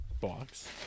box